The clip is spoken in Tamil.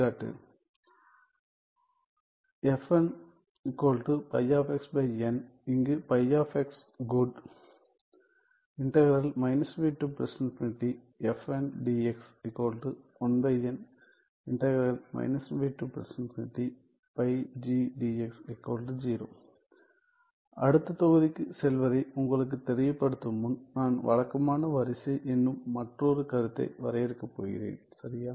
கா இங்கு φ " குட்" அடுத்த தொகுதிக்குச் செல்வதை உங்களுக்குத் தெரியப்படுத்தும் முன் நான் வழக்கமான வரிசை என்னும் மற்றொரு கருத்தை வரையறுக்கப் போகிறேன் சரியா